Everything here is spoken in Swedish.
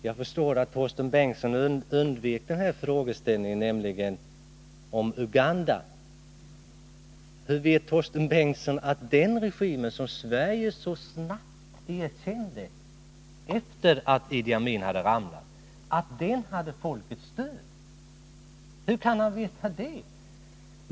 Jag förstår att Torsten Bengtson undvek frågeställningen om Uganda. Hur vet Torsten Bengtson att den regim i Uganda som Sverige så snabbt erkände efter det att Idi Amin fallit hade folkets stöd? Hur kan han veta det?